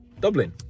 Dublin